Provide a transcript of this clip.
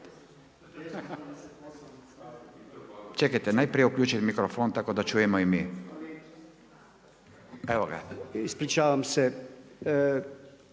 Čekajte, najprije uključite mikrofon tako da čujemo i mi. Evo ga. **Podolnjak,